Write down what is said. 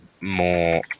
more